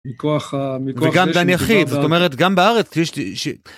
מכוח ה... מכח זה שזה לא עבר... וגם בן יחיד, זאת אומרת... גם בארץ יש את...